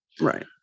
Right